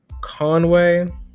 conway